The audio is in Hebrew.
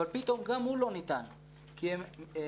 אבל פתאום גם הוא לא ניתן כי הם החליטו